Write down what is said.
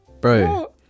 Bro